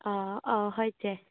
ꯑꯥ ꯑꯥ ꯍꯣꯏ ꯆꯦ